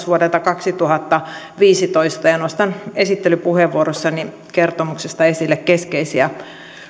vuodelta kaksituhattaviisitoista ja ja nostan esittelypuheenvuorossani kertomuksesta esille keskeisiä